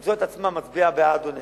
למצוא את עצמה מצביעה בעד או נגד.